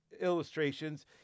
illustrations